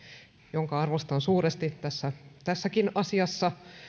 jota arvostan suuresti tässäkin asiassa